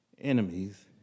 enemies